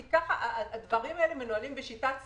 כי הדברים הלאה מנוהלים בשיטת "סמוך",